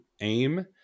aim